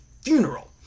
funeral